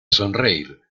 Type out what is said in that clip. sonreír